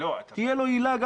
תהיה לו עילה.